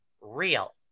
real